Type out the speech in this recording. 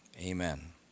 amen